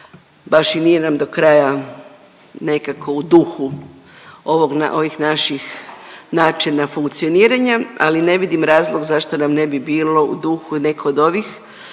baš i nije nam do kraja nekako u duhu ovih naših načina funkcioniranja, ali ne vidim razlog zašto nam ne bi bilo u duhu neki od ovih